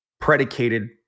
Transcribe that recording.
predicated